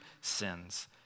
sins